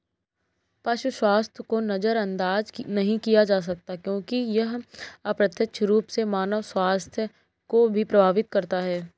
पशु स्वास्थ्य को नजरअंदाज नहीं किया जा सकता क्योंकि यह अप्रत्यक्ष रूप से मानव स्वास्थ्य को भी प्रभावित करता है